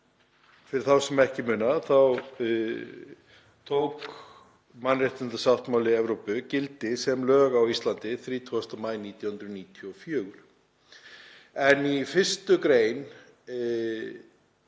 Fyrir þá sem ekki muna tók mannréttindasáttmáli Evrópu gildi sem lög á Íslandi 30. maí 1994. Í 1. gr.